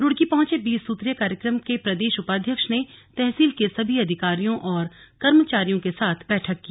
रूड़की पहुंचे बीस सूत्रीय कार्यक्रम के प्रदेश उपाध्यक्ष ने तहसील के सभी अधिकारियों और कर्मचारियों के साथ बैठक की